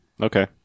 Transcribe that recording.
okay